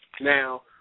Now